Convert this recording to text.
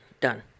done